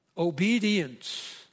obedience